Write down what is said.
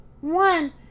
one